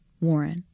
Warren